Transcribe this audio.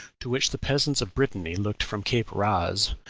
to which the peasants of brittany looked from cape raz,